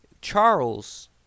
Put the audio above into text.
Charles